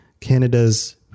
Canada's